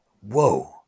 Whoa